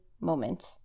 moment